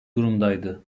durumdaydı